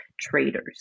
traders